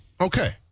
Okay